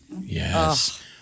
Yes